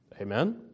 Amen